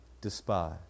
despise